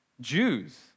Jews